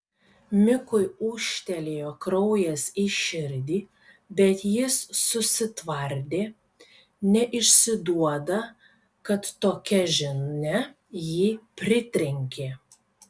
mikui ūžtelėjo kraujas į širdį bet jis susitvardė neišsiduoda kad tokia žinia jį pritrenkė